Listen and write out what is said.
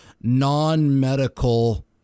non-medical